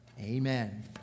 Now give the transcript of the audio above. Amen